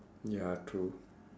ya true